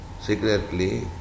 secretly